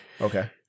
Okay